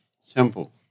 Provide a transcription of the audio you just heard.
Simple